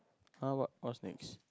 [huh] what what's next